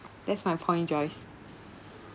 that's my point joyce